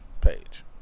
page